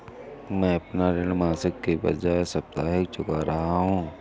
मैं अपना ऋण मासिक के बजाय साप्ताहिक चुका रहा हूँ